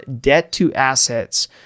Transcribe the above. debt-to-assets